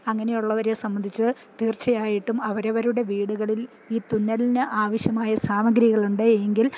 അങ്ങനെയുള്ളവരെ സംബന്ധിച്ച് തീർച്ചയായിട്ടും അവരവരുടെ വീടുകളിൽ ഈ തുന്നലിന് ആവശ്യമായ സാമഗ്രികളുണ്ട് എങ്കിൽ